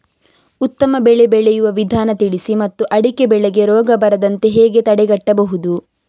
ಉತ್ತಮ ಬೆಳೆ ಬೆಳೆಯುವ ವಿಧಾನ ತಿಳಿಸಿ ಮತ್ತು ಅಡಿಕೆ ಬೆಳೆಗೆ ರೋಗ ಬರದಂತೆ ಹೇಗೆ ತಡೆಗಟ್ಟಬಹುದು?